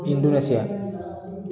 Indonesia